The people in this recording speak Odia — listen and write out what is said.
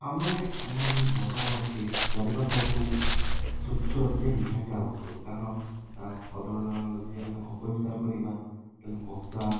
ଆମେ ଆମର ଯେଉଁ ଘର ଅଛି ଚାରିପାଖକୁ ସ୍ଵଚ୍ଛ ରଖିବା ନିହାତି ଆବଶ୍ୟକ କାରଣ ତା' ବଦଳରେ ଆମେ ଯଦି ଆମେ ଅପରିଷ୍କାର କରିବା ତା'ହେଲେ ମଶା